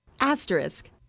Asterisk